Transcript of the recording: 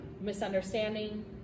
misunderstanding